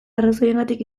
arrazoiengatik